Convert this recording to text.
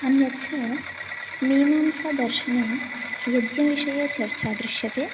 अन्यच्च मीमांसादर्शने यज्ञविषये चर्चा दृश्यते